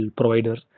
provider